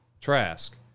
Trask